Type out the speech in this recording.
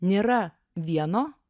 nėra vieno